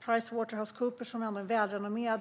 Pricewaterhousecoopers, som är en välrenommerad